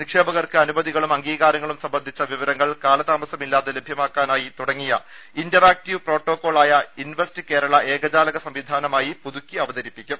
നിക്ഷേപകർക്ക് അനുമതികളും അംഗീകാരങ്ങളും സംബന്ധിച്ച വിവരങ്ങൾ കാലതാമസമില്ലാതെ ലഭ്യമാക്കാനായി തുടങ്ങിയ ഇൻറർ ആക്ടീവ് പ്രോട്ടോക്കോൾ ആയ ഇൻവെസ്റ്റ് കേരള ഏകജാലക സംവിധാനമായി പുതുക്കി അവതരിപ്പിക്കും